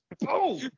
boom